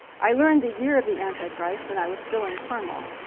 i learned the year of the antichrist when i was still in carmel.